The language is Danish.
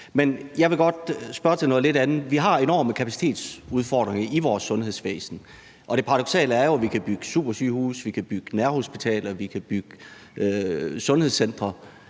Men jeg vil godt spørge til noget lidt andet. Vi har enorme kapacitetsudfordringer i vores sundhedsvæsen, og det paradoksale er jo, at vi kan bygge supersygehuse, vi kan bygge